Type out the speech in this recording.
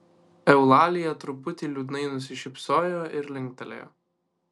eulalija truputį liūdnai nusišypsojo ir linktelėjo